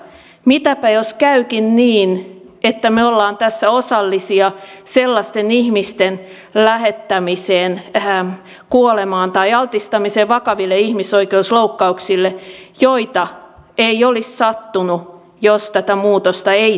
mitäpä jos käykin niin että me olemme tässä osallisia ihmisten lähettämiseen kuolemaan tai altistamiseen vakaville ihmisoikeusloukkauksille joita ei olisi sattunut jos tätä muutosta ei tehtäisi